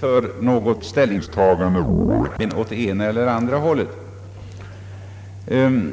för ett ställningstagande åt vare sig det ena eller det andra hållet.